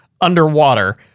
underwater